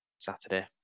Saturday